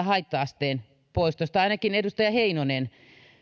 haitta asteen poistosta ainakin edustaja heinonen